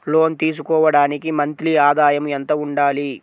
లోను తీసుకోవడానికి మంత్లీ ఆదాయము ఎంత ఉండాలి?